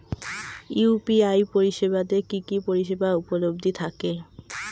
UPI পরিষেবা তে কি কি পরিষেবা উপলব্ধি থাকে?